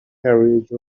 carriage